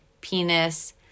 penis